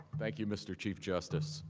thank you mr. chief justice.